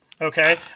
okay